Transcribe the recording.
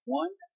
one